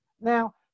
Now